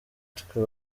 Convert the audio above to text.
twe